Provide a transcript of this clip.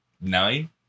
nine